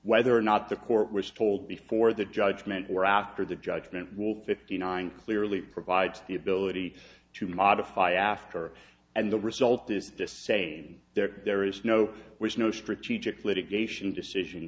whether or not the court was told before the judgment or after the judgment was fifty nine clearly provides the ability to modify after and the result is to say there there is no was no strategic litigation decision